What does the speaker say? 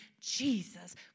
Jesus